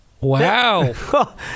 Wow